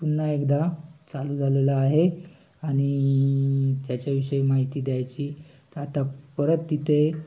पुन्हा एकदा चालू झालेलं आहे आणि त्याच्याविषयी माहिती द्यायची तर आता परत तिथे